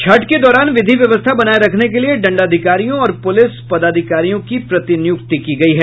छठ के दौरान विधि व्यवस्था बनाये रखने के लिए दंडाधिकारियों और पूलिस पदाधिकारियों की प्रतिनियुक्ति की गयी है